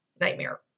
nightmare